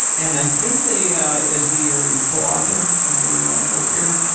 and i think the ah is the your your co-author of your book here?